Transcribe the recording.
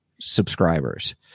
subscribers